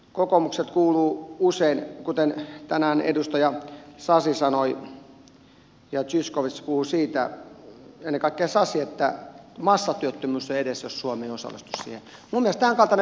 kokoomukselta kuuluu usein kuten tänään edustaja sasi sanoi ja zyskowicz puhui siitä ennen kaikkea sasi että massatyöttömyys on edessä jos suomi ei osallistu siihen